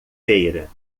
feira